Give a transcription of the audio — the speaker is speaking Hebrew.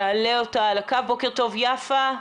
בוקר טוב, יפה.